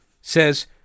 says